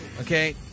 okay